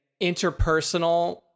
interpersonal